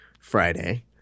Friday